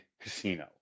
casino